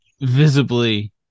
visibly